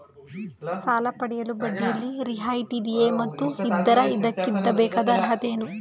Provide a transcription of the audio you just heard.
ಸಾಲ ಪಡೆಯಲು ಬಡ್ಡಿಯಲ್ಲಿ ರಿಯಾಯಿತಿ ಇದೆಯೇ ಮತ್ತು ಇದ್ದರೆ ಅದಕ್ಕಿರಬೇಕಾದ ಅರ್ಹತೆ ಏನು?